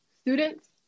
students